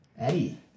Eddie